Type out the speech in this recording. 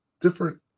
different